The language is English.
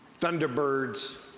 Thunderbirds